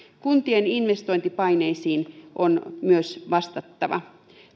kuntien investointipaineisiin on myös vastattava